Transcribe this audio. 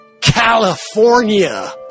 California